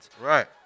Right